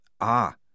Ah